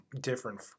different